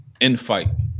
infight